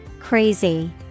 Crazy